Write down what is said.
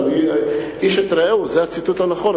איש את רעהו, זה הציטוט הנכון.